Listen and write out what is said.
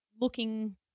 looking